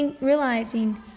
realizing